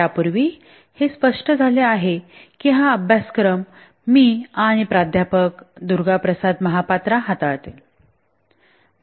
यापूर्वी हे स्पष्ट झाले आहे की हा अभ्यासक्रम मी आणि प्राध्यापक दुर्गा प्रसाद महापात्रा हाताळतील